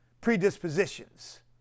predispositions